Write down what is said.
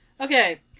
Okay